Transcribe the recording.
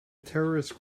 terrorist